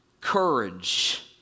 courage